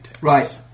Right